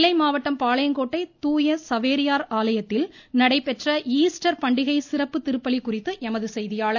நெல்லை மாவட்டம் பாளையங்கோட்டை தூய சேவரியார் ஆலயத்தில் நடைபெற்ற ஈஸ்டர் பண்டிகை சிறப்பு திருப்பலி குறித்து எமது செய்தியாளர்